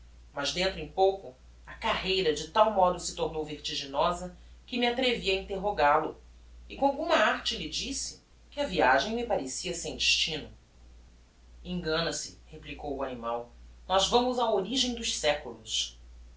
mas dentro em pouco a carreira de tal modo se tornou vertiginosa que me atrevi a interrogal o e com alguma arte lhe disse que a viagem me parecia sem destino engana-se replicou o animal nós vamos á origem dos seculos